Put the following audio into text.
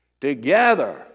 together